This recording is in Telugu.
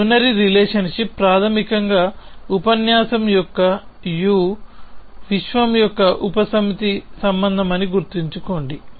యూనరీ రిలేషన్ షిప్ ప్రాథమికంగా ఉపన్యాసం యొక్క U విశ్వం యొక్క ఉపసమితి సంబంధం అని గుర్తుంచుకోండి